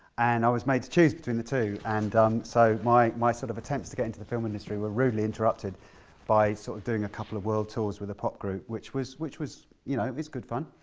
and i was made to choose between the two. and so my my sort of attempts to get into the film industry were rudely interrupted by sort of doing a couple of world tours with a pop group. which was which was you know it's good fun.